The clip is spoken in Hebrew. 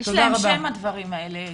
מה זה כל הדברים האלה?